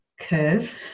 curve